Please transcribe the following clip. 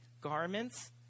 garments